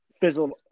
Fizzled